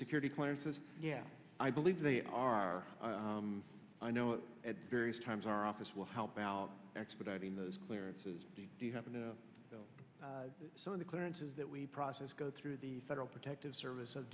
security clearances yeah i believe they are i know at various times our office will help about expediting those clearances do you happen to know some of the clearances that we process go through the federal protective service